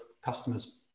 customers